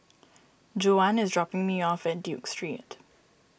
Juwan is dropping me off at Duke Street